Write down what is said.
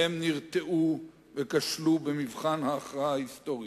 והם נרתעו וכשלו במבחן ההכרעה ההיסטורי.